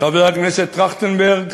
חבר הכנסת טרכטנברג